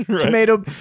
tomato